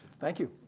thank you.